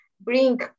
Bring